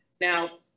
Now